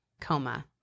coma